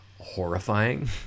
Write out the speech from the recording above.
horrifying